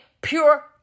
pure